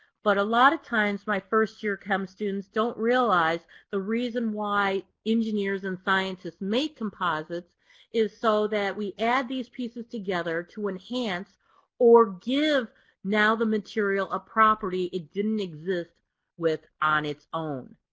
but a lot of times my first year chem students don't realize the reasons why engineers and scientists make composites is so that we add these pieces together to enhance or give now the material a property it didn't exist with on its own.